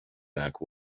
back